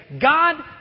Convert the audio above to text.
God